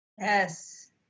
yes